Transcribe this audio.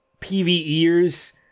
PvEers